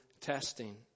testing